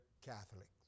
Catholic